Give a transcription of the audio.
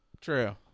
True